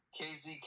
KZK